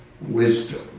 wisdom